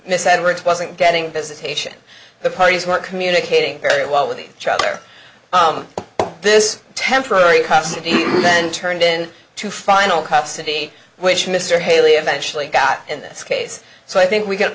miss edwards wasn't getting visitation the parties were communicating very well with each other this temporary custody then turned in to final custody which mr haley eventually got in this case so i think we can